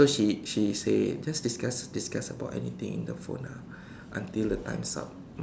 so she she say just discuss discuss about anything in the phone lah until the time's up